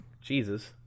Jesus